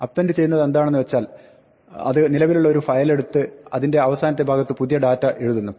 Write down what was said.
append ചെയ്യുന്നതെന്താണെന്ന് വെച്ചാൽ അത് നിലവിലുള്ള ഒരു ഫയലെടുത്ത് അതിന്റെ അവസാന ഭാഗത്ത് പുതിയ ഡാറ്റ എഴുതുന്നു